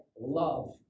love